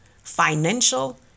financial